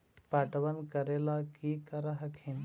पटबन करे ला की कर हखिन?